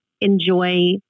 enjoy